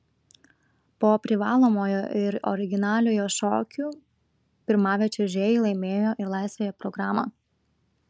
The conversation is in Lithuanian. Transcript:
po privalomojo ir originaliojo šokių pirmavę čiuožėjai laimėjo ir laisvąją programą